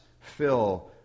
fill